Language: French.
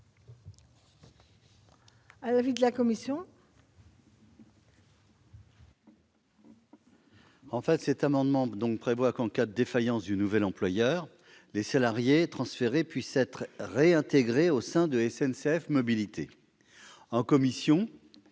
l'avis de la commission